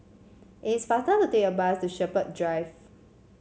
it's faster to take the bus to Shepherds Drive